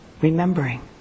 remembering